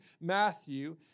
Matthew